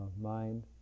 mind